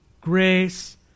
grace